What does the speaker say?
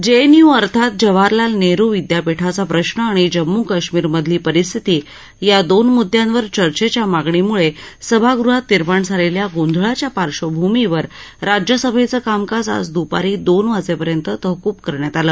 JNU अर्थात जवाहरलाल नेहरू विदयापीठाचा प्रश्न आणि जम्मू कश्मीर मधली परिस्थिती या दोन मुदयांवर चर्चेच्या मागणीमुळे सभागृहात निर्माण झालेल्या गोंधळाच्या पार्श्वभूमीवर राज्यसभेचं कामकाज आज द्पारी दोन वाजेपर्यंत तहकूब करण्यात आलं